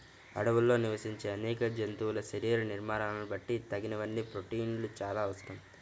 అడవుల్లో నివసించే అనేక జంతువుల శరీర నిర్మాణాలను బట్టి తగినన్ని ప్రోటీన్లు చాలా అవసరం